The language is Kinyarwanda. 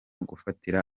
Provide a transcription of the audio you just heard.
gufatira